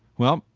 well,